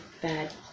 bad